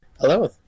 Hello